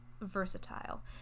versatile